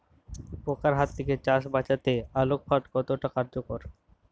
পোকার হাত থেকে চাষ বাচাতে আলোক ফাঁদ কতটা কার্যকর?